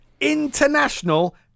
international